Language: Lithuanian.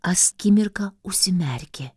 askimirką užsimerkė